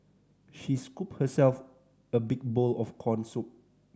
she scooped herself a big bowl of corn soup